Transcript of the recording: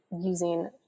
using